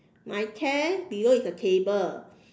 my tent below is a table